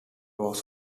was